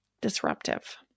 disruptive